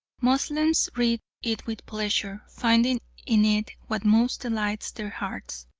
moslems read it with pleasure, finding in it what most delights their hearts.